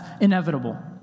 inevitable